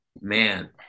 man